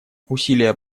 усилия